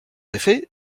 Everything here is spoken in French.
effet